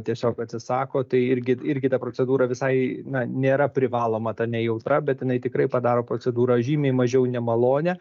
tiesiog atsisako tai irgi irgi ta procedūra visai na nėra privaloma ta nejautra bet jinai tikrai padaro procedūrą žymiai mažiau nemalonią